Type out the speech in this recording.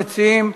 ראשון המציעים,